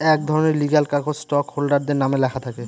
এক ধরনের লিগ্যাল কাগজ স্টক হোল্ডারদের নামে লেখা থাকে